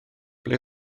ble